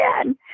again